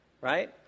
right